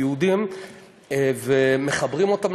יש ויכוח כזה.